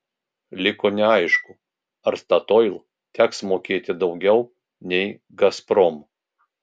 liko neaišku ar statoil teks mokėti daugiau nei gazprom